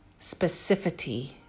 specificity